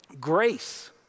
grace